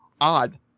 Odd